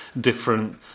different